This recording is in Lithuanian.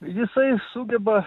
jisai sugeba